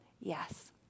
yes